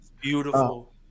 Beautiful